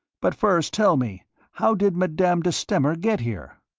but first tell me how did madame de stamer get here?